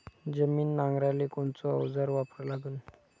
जमीन नांगराले कोनचं अवजार वापरा लागन?